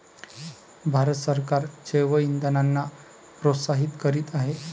भारत सरकार जैवइंधनांना प्रोत्साहित करीत आहे